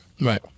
Right